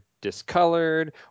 discolored